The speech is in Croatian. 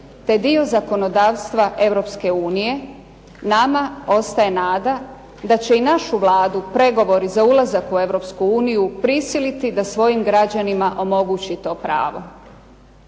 te dio zakonodavstva Europske unije. Nama ostaje nada da će i našu Vladu pregovori za uzlazak u Europsku uniju prisiliti da svojim građanima omogući to pravo.